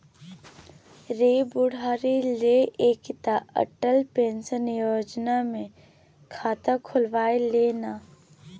रे बुढ़ारी लेल एकटा अटल पेंशन योजना मे खाता खोलबाए ले ना